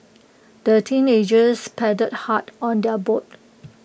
the teenagers paddled hard on their boat